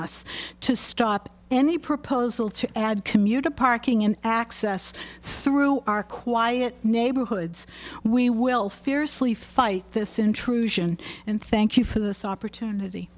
us to stop any proposal to add commuter parking in access some through our quiet neighborhoods we will fiercely fight this intrusion and thank you for this opportunity